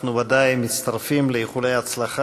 אנחנו בוודאי מצטרפים לאיחולי ההצלחה